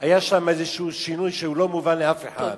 היה שם שינוי שלא מובן לאף אחד,